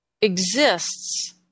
exists